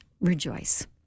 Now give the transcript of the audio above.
Rejoice